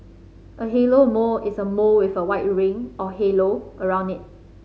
a halo mole is a mole with a white ring or halo around it